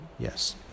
Yes